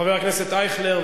חבר הכנסת ישראל אייכלר,